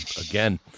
again